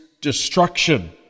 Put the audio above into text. destruction